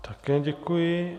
Také děkuji.